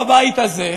בבית הזה,